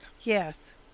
Yes